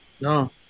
No